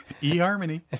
E-Harmony